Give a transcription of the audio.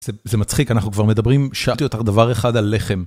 זה מצחיק, אנחנו כבר מדברים, שאלתי אותך דבר אחד על לחם.